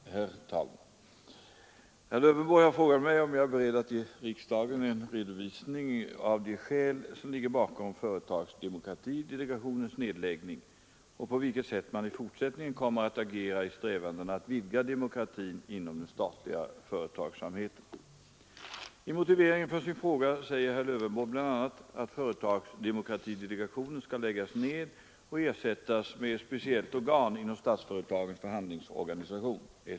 Herr talman! Herr Lövenborg har frågat mig om jag är beredd att ge riksdagen en redovisning av de skäl som ligger bakom företagsdemokratidelegationens nedläggning och på vilket sätt man i fortsättningen kommer att agera i strävandena att vidga demokratin inom den statliga företagsamheten. I motiveringen för sin fråga säger herr Lövenborg bl.a. att företagsdemokratidelegationen skall läggas ned och ersättas med ett speciellt organ inom Statsföretagens förhandlingsorganisation .